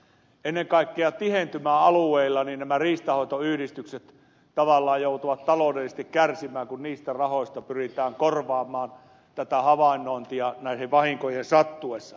ennen kaikkea tihentymäalueilla nämä riistanhoitoyhdistykset tavallaan joutuvat taloudellisesti kärsimään kun niistä rahoista pyritään korvaamaan tätä havainnointia vahinkojen sattuessa